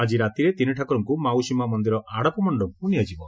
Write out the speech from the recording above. ଆକି ରାତିରେ ତିନିଠାକୁରଙ୍କୁ ମାଉସୀମା ମନ୍ଦିର ଆଡପ ମଣ୍ଡପକୁ ନିଆଯିବ